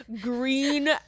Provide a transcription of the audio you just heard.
green